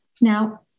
Now